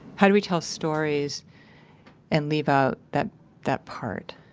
how do we tell stories and leave out that that part?